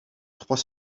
trois